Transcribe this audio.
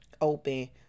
open